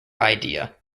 idea